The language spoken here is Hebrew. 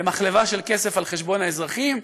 למחלבה של כסף על חשבון האזרחים,